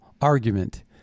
argument